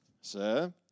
sir